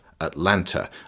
Atlanta